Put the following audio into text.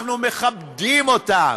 אנחנו מכבדים אותם.